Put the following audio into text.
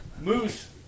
Moose